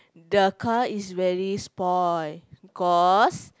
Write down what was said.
the car is very spoil because